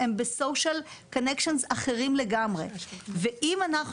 הם בקשרים חברתיים שונים לגמרי ואם אנחנו